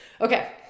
Okay